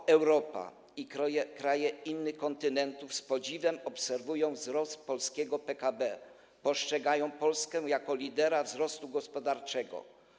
Kraje Europy i innych kontynentów z podziwem obserwują wzrost polskiego PKB, postrzegają Polskę jako lidera wzrostu gospodarczego.